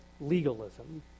legalism